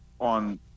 on